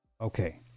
Okay